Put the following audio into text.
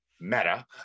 meta